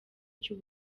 cy’u